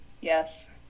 Yes